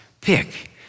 pick